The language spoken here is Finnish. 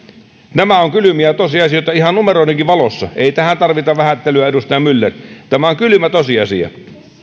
nämä ovat kylmiä tosiasioita ihan numeroidenkin valossa ei tähän tarvita vähättelyä edustaja myller tämä on kylmä tosiasia